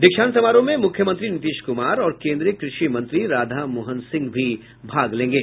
दीक्षांत समारोह में मुख्यमंत्री नीतीश कुमार और केन्द्रीय कृषि मंत्री राधामोहन सिंह भी भाग लेंगे